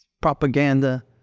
Propaganda